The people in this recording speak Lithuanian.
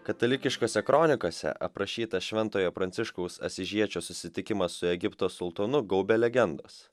katalikiškose kronikose aprašyta šventojo pranciškaus asyžiečio susitikimas su egipto sultonu gaubia legendos